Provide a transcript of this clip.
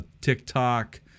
TikTok